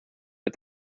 but